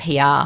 PR